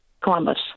Columbus